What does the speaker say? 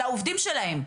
על העובדים שלהם?